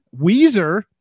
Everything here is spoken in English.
Weezer